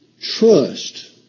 trust